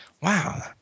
Wow